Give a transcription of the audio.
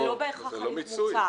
זה לא בהכרח הליך מוצה.